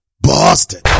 Boston